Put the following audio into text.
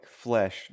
flesh